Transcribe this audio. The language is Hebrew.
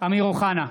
אמיר אוחנה,